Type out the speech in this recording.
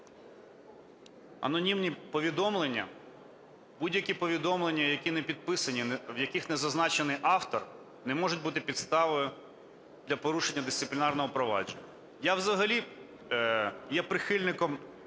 анонімні повідомлення, будь-які повідомлення, які не підписані, в яких не зазначений автор, не можуть бути підставою для порушення дисциплінарного провадження. Я взагалі є прихильником